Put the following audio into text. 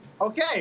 Okay